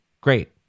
great